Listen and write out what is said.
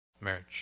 marriage